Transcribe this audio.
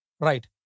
Right